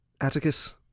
Atticus